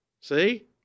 See